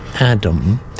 adam